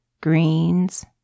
greens